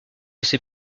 ces